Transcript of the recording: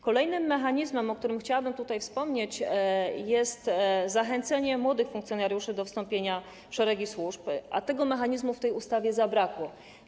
Kolejnym mechanizmem, o którym chciałabym tutaj wspomnieć, jest zachęcenie młodych funkcjonariuszy do wstąpienia w szeregi służb, a tego mechanizmu w tej ustawie zabrakło.